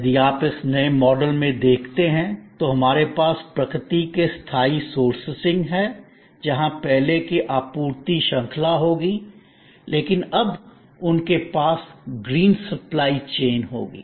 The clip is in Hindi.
यदि आप इस नए मॉडल में देखते हैं तो हमारे पास प्रकृति से स्थायी सोर्सिंग है वहां पहले की आपूर्ति श्रृंखला होगी लेकिन अब उनके पास ग्रीन सप्लाई चेन होगी